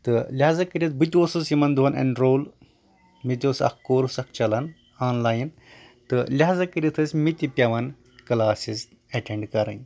تہٕ لِہاظا کٔرِتھ بہٕ تہِ اوسُس یِمن دۄہن اینرول مےٚ تہِ اوس اکھ کورُس اکھ چلان آن لاین تہٕ لِہاظا کٔرِتھ ٲسۍ مےٚ تہِ پیوان کٕلاسز ایٚٹینٛڈ کَرٕنۍ